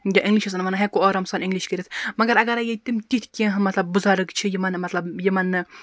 یا اِنٛگلِش آسَن وَنان ہیٚکو آرام سان اِنٛگلِش کٔرِتھ مَگَر اَگَرے ییٚتہِ تِم تِتھ کینٛہہ مَطلَب بُزرگ چھِ یِمَن مَطلَب یِمَن نہٕ